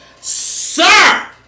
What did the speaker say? Sir